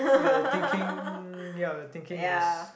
ya the thinking ya the thinking is